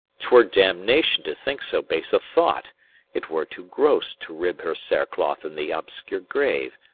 twere damnation to think so base a thought it were too gross to rib her cerecloth in the obscure grave.